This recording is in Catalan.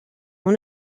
una